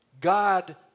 God